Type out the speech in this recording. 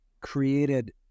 created